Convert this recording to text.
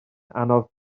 anodd